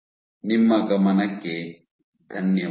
ನಿಮ್ಮ ಗಮನಕ್ಕೆ ಧನ್ಯವಾದಗಳು